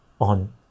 on